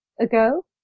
ago